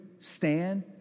stand